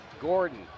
Gordon